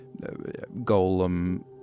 golem